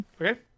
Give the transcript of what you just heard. Okay